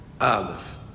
Aleph